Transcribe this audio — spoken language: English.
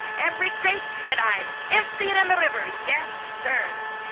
every crate and i'd empty it in the river. yes, sir.